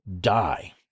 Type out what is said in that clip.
die